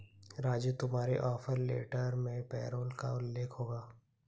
राजू तुम्हारे offer letter में payroll का उल्लेख होगा